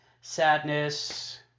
sadness